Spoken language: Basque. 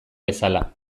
bezala